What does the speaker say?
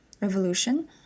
revolution